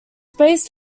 based